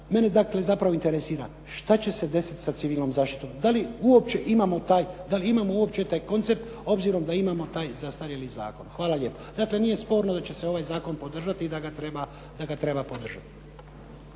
dakle zapravo interesira što će se desiti sa civilnom zaštitom? Da li imamo uopće taj koncept obzirom da imamo taj zastarjeli zakon? Hvala lijepa. Dakle, nije sporno da će se ovaj zakon podržati i da ga treba podržati.